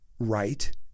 right